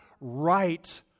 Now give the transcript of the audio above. right